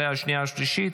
לקריאה שנייה ושלישית.